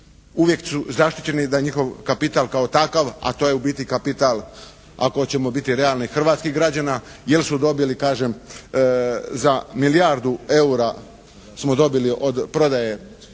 uvijek su zaštićeni da njihov kapital kao takav, a to je u biti kapital ako ćemo biti realni, hrvatskih građana jer su dobili kažem za milijardu eura smo dobili od prodaje